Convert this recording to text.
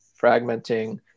fragmenting